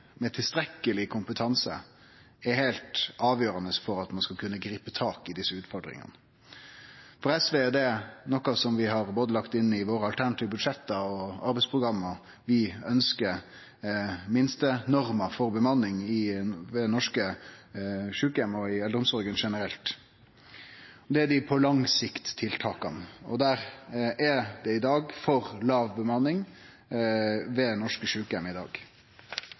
med tilstrekkeleg kompetanse er heilt avgjerande for at ein skal kunne gripe tak i desse utfordringane. For SV er det noko vi har lagt inn i både våre alternative budsjett og arbeidsprogram: at vi ønskjer minstenormer for bemanning ved norske sjukeheimar og i eldreomsorga generelt. Det er tiltaka på lang sikt – og der er det i dag for låg bemanning ved norske